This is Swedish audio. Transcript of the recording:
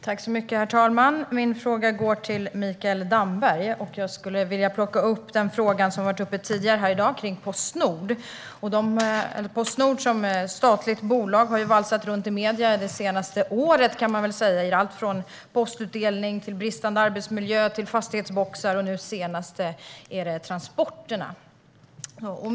Herr talman! Min fråga går till Mikael Damberg. Jag skulle vilja plocka upp den fråga som har varit uppe tidigare i dag om Postnord. Det statliga Postnord har valsat runt i medierna det senaste året. Det har gällt allt från postutdelning och bristande arbetsmiljö till fastighetsboxar. Nu senast är det transporterna.